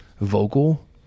vocal